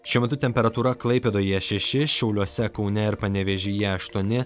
šiuo metu temperatūra klaipėdoje šeši šiauliuose kaune ir panevėžyje aštuoni